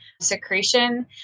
secretion